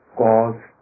cause